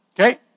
Okay